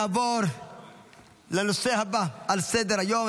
נעבור לנושא הבא על סדר-היום,